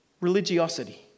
religiosity